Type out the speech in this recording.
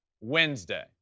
Wednesday